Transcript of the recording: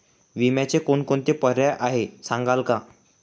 विम्याचे कोणकोणते पर्याय आहेत सांगाल का?